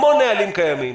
המון נהלים קיימים,